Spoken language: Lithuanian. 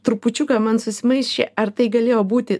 trupučiuką man susimaišė ar tai galėjo būti